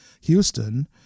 Houston